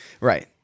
Right